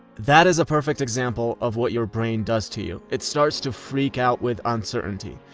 that is a perfect example of what your brain does to you. it starts to freak out with uncertainty.